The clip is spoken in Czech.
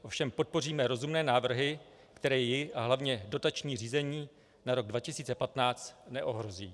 Ovšem podpoříme rozumné návrhy, které ji a hlavně dotační řízení na rok 2015 neohrozí.